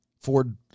Ford